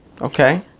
Okay